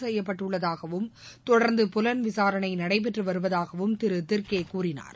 செய்யப்பட்டுள்ளதாகவும் தொடர்ந்து தொடர்பான இது புலன் விசாரணைநடைபெற்றுவருவதாகவும் திருதிர்கேகூறினார்